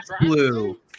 blue